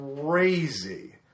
crazy